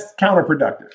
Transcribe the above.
counterproductive